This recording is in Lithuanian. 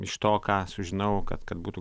iš to ką sužinau kad kad būtų